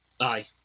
Aye